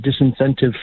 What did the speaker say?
disincentive